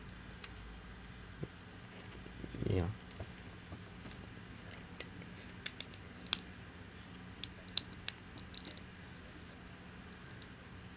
ya